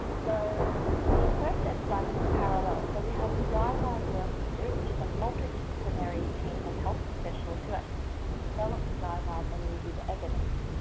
so the process runs in parallel. so we have the guideline working group, which is a multi-disciplinary team of health professionals who develop develop the guidelines, and review the evidence.